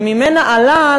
שממנה עלה,